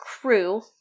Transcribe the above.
crew